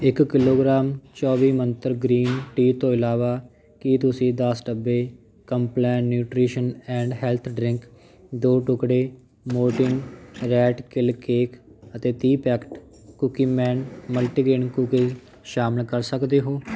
ਇੱਕ ਕਿਲੋਗ੍ਰਾਮ ਚੌਵੀ ਮੰਤਰ ਗ੍ਰੀਨ ਟੀ ਤੋਂ ਇਲਾਵਾ ਕੀ ਤੁਸੀਂ ਦਸ ਡੱਬੇ Complan nutrition and health drink ਦੋ ਟੁਕੜੇ ਮੋਰਟੀਨ ਰੈਟ ਕਿਲ ਕੇਕ ਅਤੇ ਤੀਹ ਪੈਕੇਟ ਕੁਕੀਮੈਨ ਮਲਟੀਗ੍ਰੇਨ ਕੂਕੀਜ਼ ਸ਼ਾਮਲ ਕਰ ਸਕਦੇ ਹੋ